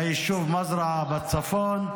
מהיישוב מזרעה בצפון,